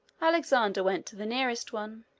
alexander went to the nearest one.